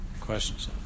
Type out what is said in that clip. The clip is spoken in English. questions